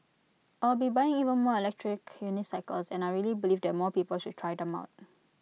I will be buying even more electric unicycles and I really believe that more people should try them out